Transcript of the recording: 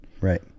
right